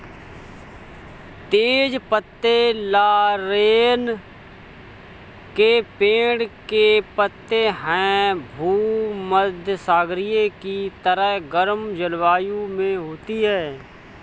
तेज पत्ते लॉरेल के पेड़ के पत्ते हैं भूमध्यसागरीय की तरह गर्म जलवायु में होती है